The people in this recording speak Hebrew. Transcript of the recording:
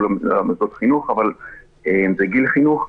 קשור למוסדות החינוך אבל זה גיל חינוך.